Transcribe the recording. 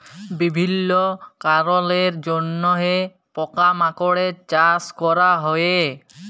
বিভিল্য কারলের জন্হে পকা মাকড়ের চাস ক্যরা হ্যয়ে